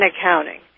accounting